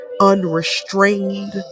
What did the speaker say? unrestrained